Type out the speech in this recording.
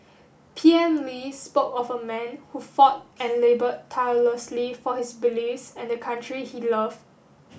P M Lee spoke of a man who fought and laboured tirelessly for his beliefs and the country he loved